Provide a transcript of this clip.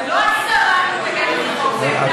זה לא השרה מתנגדת לחוק, זה